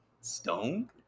Stone